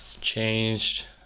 changed